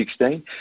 2016